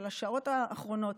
של השעות האחרונות,